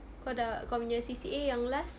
kau dah kau punya C_C_A yang last